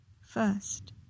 first